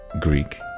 Greek